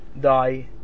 die